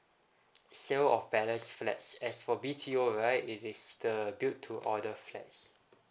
sale of balance flats as for B_T_O right it is the build to order flats